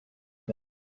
bed